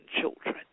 children